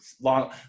long